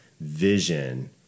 vision